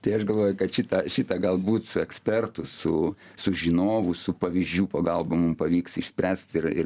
tai aš galvoju kad šitą šitą galbūt su ekspertų su su žinovų su pavyzdžių pagalba mum pavyks išspręst ir ir